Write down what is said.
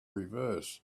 reversed